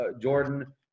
Jordan